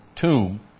tomb